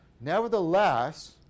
nevertheless